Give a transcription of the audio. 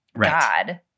God